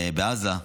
בעזה.